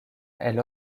elle